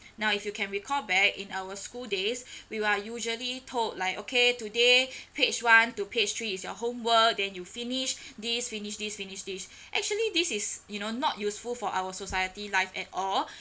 now if you can recall back in our school days we are usually told like okay today page one to page three is your homework then you finish this finish this finish this actually this is you know not useful for our society life at all